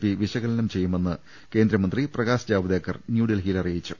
P വിശകലനം ചെയ്യുമെന്ന് കേന്ദ്രമന്ത്രി പ്രകാശ് ജാവ്ദേക്കർ ന്യൂഡൽഹി യിൽ അറിയിച്ചു